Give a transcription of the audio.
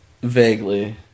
Vaguely